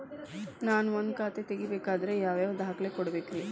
ನಾನ ಒಂದ್ ಖಾತೆ ತೆರಿಬೇಕಾದ್ರೆ ಯಾವ್ಯಾವ ದಾಖಲೆ ಕೊಡ್ಬೇಕ್ರಿ?